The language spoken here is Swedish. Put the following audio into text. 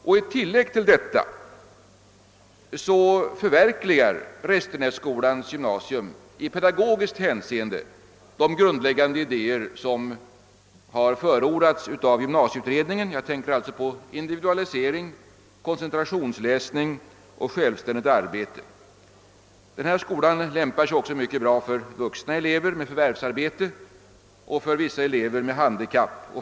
Genom denna uppläggning förverkligar Restenässkolans gymnasium i pedagogiskt hänseende de grundläggande idéer som har förordats av gymnasieutredningen — jag tänker på individualiserad undervisning, koncentrationsläsning och självständigt arbete. Skolan lämpar sig också bra för vuxna elever med förvärvsarbete och för vissa elever med handikapp.